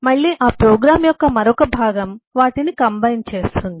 మళ్ళీ ఆ ప్రోగ్రామ్ యొక్క మరొక భాగం వాటిని మిళితం చేస్తుంది